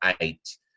eight